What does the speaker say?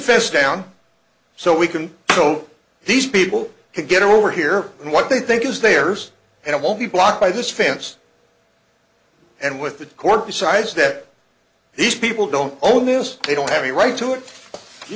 fence down so we can know these people can get over here and what they think is theirs and it won't be blocked by this fence and with the court decides that these people don't own this they don't have a right to it you